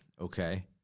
okay